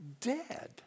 dead